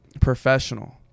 professional